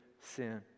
sin